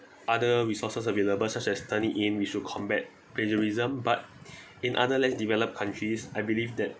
other resources available such as Turnitin which should combat plagiarism but in other less developed countries I believe that